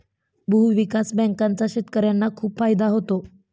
भूविकास बँकांचा शेतकर्यांना खूप फायदा होतो